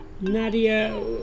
Nadia